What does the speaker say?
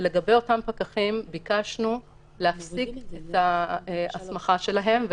ולגבי אותם פקחים ביקשנו להפסיק את ההסמכה שלהם.